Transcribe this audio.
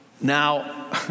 Now